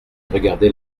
regarder